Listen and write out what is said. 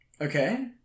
Okay